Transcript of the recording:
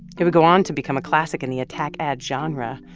it would go on to become a classic in the attack ad genre.